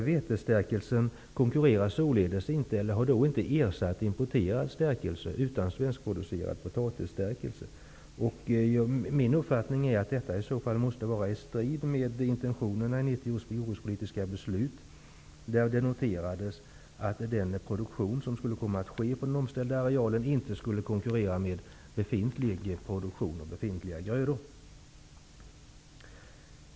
Vetestärkelsen har inte ersatt importerad stärkelse utan i stället svenskproducerad potatisstärkelse. Min uppfattning är att detta måste stå i strid med intentionerna i 1990 års jordbrukspolitiska beslut. Det noterades där att den produktion som skulle komma att ske på den omställda arealen inte skulle konkurrera med befintlig produktion och befintliga grödor.